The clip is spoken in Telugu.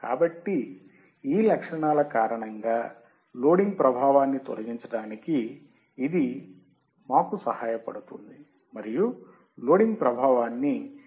కాబట్టి ఈ లక్షణాల కారణంగా లోడింగ్ ప్రభావాన్ని తొలగించడానికి ఇది మాకు సహాయపడుతుంది మరియు లోడింగ్ ప్రభావాన్ని ప్రయోగాలు చేసినప్పుడు కూడా మీరు చూస్తారు